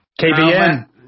KBN